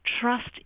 trust